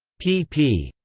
pp.